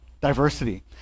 Diversity